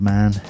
Man